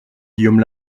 guillaume